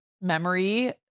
memory